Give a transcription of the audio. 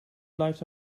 blijft